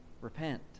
repent